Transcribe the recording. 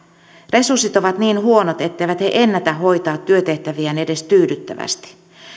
resurssit ovat niin huonot etteivät he ennätä hoitaa työtehtäviään edes tyydyttävästi